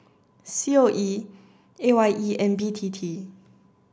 C O E A Y E and B T T